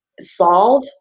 solve